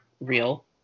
real